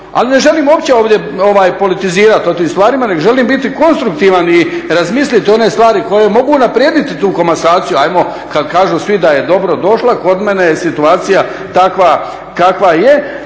Ali ne želim uopće ovdje politizirati o tim stvarima, nego želim biti konstruktivan i razmisliti one stvari koje mogu unaprijediti tu komasaciju. Hajmo kad kažu svi da je dobro došla kod mene je situacija takva kakva je.